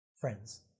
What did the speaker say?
friends